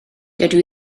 dydw